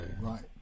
Right